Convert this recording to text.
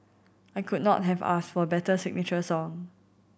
I could not have asked for better signature song